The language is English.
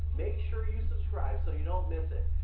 make sure you subscribe so you don't miss it.